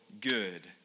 Good